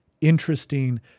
interesting